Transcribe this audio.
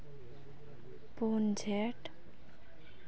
ᱯᱩᱱ ᱡᱷᱮᱸᱴ